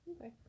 Okay